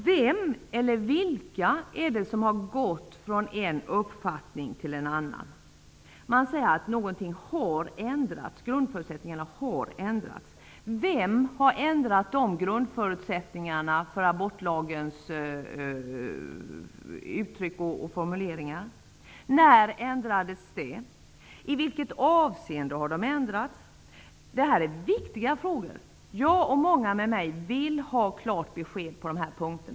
Vem eller vilka är det som har gått från en uppfattning till en annan? Motionärerna skriver att grundförutsättningarna har ändrats. Vem har ändrat dessa grundförutsättningar för abortlagens uttryck och formuleringar? När ändrades de? I vilket avseende har de ändrats? Det är viktiga frågor. Jag och många med mig vill ha klart besked på dessa punkter.